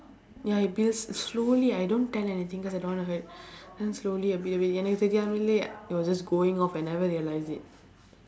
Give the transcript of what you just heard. ya it builds slowly I don't tell anything cause I don't want to hurt then slowly it build it build எனக்கு தெரியாமலே:enakku theriyaamalee it was just going off I never realise it